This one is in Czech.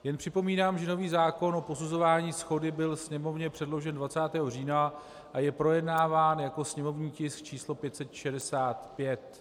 Jen připomínám, že nový zákon o posuzování shody byl Sněmovně předložen 20. října a je projednáván jako sněmovní tisk číslo 565.